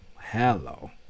Hello